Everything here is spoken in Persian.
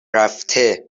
رفته